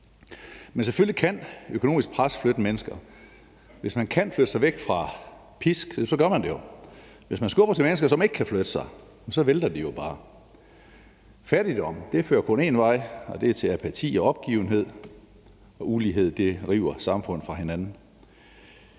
Men selvfølgelig kan økonomisk pres flytte mennesker. Hvis man kan flytte sig væk fra pisk, gør man det jo. Hvis man skubber til mennesker, som ikke kan flytte sig, vælter de jo bare. Fattigdom fører kun én vej, og det er til apati og opgivenhed, og ulighed river samfund fra hinanden.